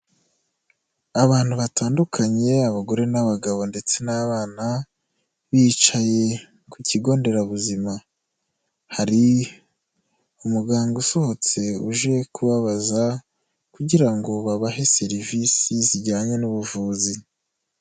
Abantu batandukanye abagore n'abagabo ndetse n'abana bicaye ku kigo nderabuzima, hari umuganga usohotse uje kubabaza kugira ngo babahe serivisi zijyanye n'ubuvuzi.